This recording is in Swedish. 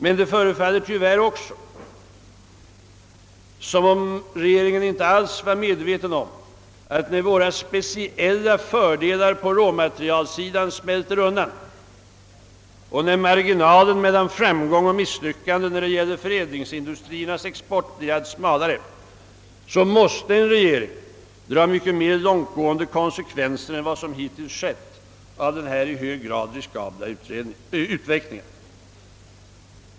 Men det förefaller tyvärr också som om regeringen inte alls var medveten om att när våra speciella fördelar på råmaterialsidan smälter undan och när marginalen mellan framgång och misslyckande när det gäller förädlingsindustriernas export blir allt smalare, måste en regering dra mycket mer långtgående konsekvenser än vad som hittills skett av denna i hög grad riskabla utveckling.